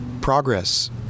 progress